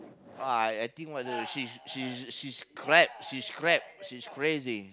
uh I I think what the she's she's she's crap she's crap she's crazy